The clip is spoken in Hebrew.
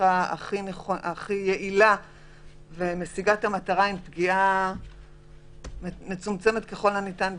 הדרך הכי יעילה תוך פגיעה מצומצמת ככל הניתן בזכויות,